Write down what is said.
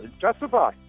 Justify